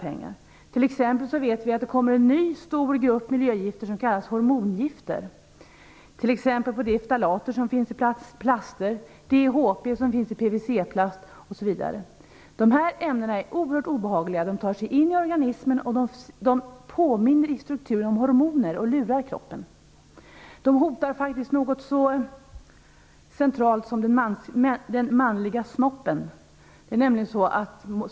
Vi vet t.ex. att en ny grupp miljögifter, s.k. hormongifter, är på väg. Det är exempelvis ftalater som finns i plaster, DEHP som finns i PVC-plast osv. Dessa ämnen är oerhört obehagliga. De påminner i strukturen om hormoner och lurar kroppen. De hotar faktiskt något så centralt som det manliga könsorganet.